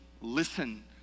listen